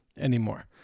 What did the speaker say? anymore